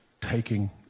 taking